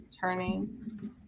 turning